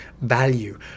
value